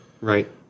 Right